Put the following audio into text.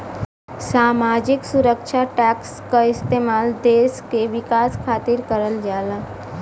सामाजिक सुरक्षा टैक्स क इस्तेमाल देश के विकास खातिर करल जाला